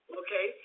okay